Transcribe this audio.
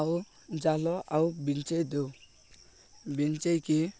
ଆଉ ଜାଲ ଆଉ ବିଞ୍ଚାଇ ଦଉ ବିଞ୍ଚାଇକି